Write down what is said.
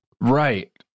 Right